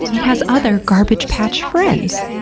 it has other garbage patch friends.